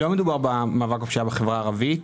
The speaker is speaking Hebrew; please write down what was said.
לא מדובר במאבק בפשיעה בחברה הערבית.